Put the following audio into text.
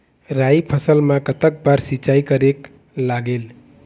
राई फसल मा कतक बार सिचाई करेक लागेल?